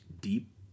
deep